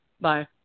Bye